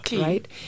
right